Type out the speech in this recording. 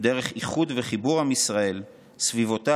דרך איחוד וחיבור עם ישראל סביב אותה